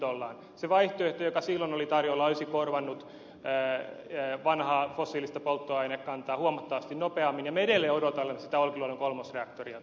se vaihtoehto joka silloin oli tarjolla olisi korvannut vanhaa fossiilista polttoainekantaa huomattavasti nopeammin ja me edelleen odottelemme sitä olkiluodon kolmosreaktoria